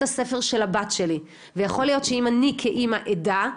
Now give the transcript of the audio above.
הספר של הבת שלי ויכול להיות שאם אני כאמא אדע,